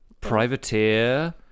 privateer